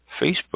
Facebook